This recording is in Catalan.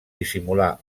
dissimular